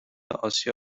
آسیا